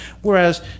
Whereas